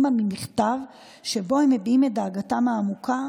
על מכתב שבו הם מביעים את דאגתם העמוקה